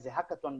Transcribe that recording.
באיזה האקתון,